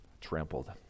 trampled